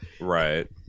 Right